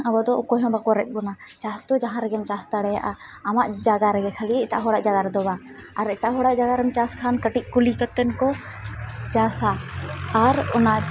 ᱟᱵᱚᱫᱚ ᱚᱠᱚᱭᱦᱚᱸ ᱵᱟᱠᱚ ᱨᱮᱡᱵᱚᱱᱟ ᱪᱟᱥᱫᱚ ᱡᱟᱦᱟᱸᱨᱮᱜᱮᱢ ᱪᱟᱥ ᱫᱟᱲᱮᱭᱟᱜᱼᱟ ᱟᱢᱟᱜ ᱡᱟᱭᱜᱟᱨᱮᱜᱮ ᱠᱷᱟᱹᱞᱤ ᱮᱴᱟᱜ ᱦᱚᱲᱟᱜ ᱡᱟᱭᱜᱟᱨᱮᱫᱚ ᱵᱟᱝ ᱟᱨ ᱮᱴᱟᱜ ᱦᱚᱲᱟᱜ ᱡᱟᱭᱜᱟᱨᱮᱢ ᱪᱟᱥᱠᱷᱟᱱ ᱠᱟᱹᱴᱤᱡ ᱠᱩᱞᱤ ᱠᱟᱛᱮᱫᱠᱚ ᱪᱟᱥᱟ ᱟᱨ ᱚᱱᱟ